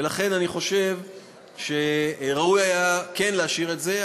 ולכן אני חושב שראוי היה כן להשאיר את זה.